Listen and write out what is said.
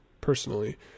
personally